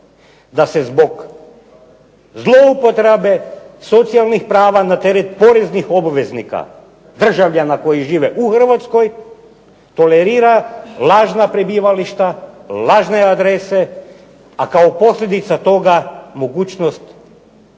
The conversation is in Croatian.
da se zbog zloupotrebe socijalnih prava na teret poreznih obveznika državljana koji žive u Hrvatskoj tolerira lažna prebivališta, lažne adrese, a kao posljedica toga mogućnost